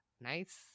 nice